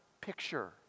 picture